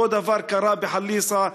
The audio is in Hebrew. אותו דבר קרה בחליסה,